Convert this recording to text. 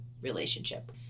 relationship